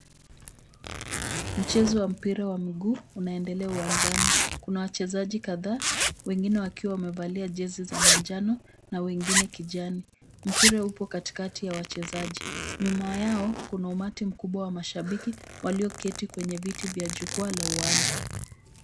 Mchezo wa mpira wa mguu unaendelea uwanjani. Kuna wachezaji kadhaa, wengine wakiwa wamevalia jezi za mangano na wengine kijani. Mpira upo katikati ya wachezaji. Nyuma yao kuna umati mkubwa wa mashabiki walioketi kwenye viti vvya jukwaa la uwanja.